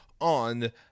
on